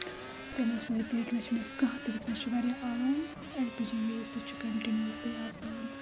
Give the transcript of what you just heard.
تمو سۭتۍ تہِ ونکیٚنس چھنہ اَسہِ کانٛہہ تہِ وُنٛکیٚنَس چھِ واریاہ آرام ایٚل پی جی گیس تہِ چھِ کَنٹِنوسلی آسان